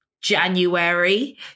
January